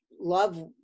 love